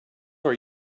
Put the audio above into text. are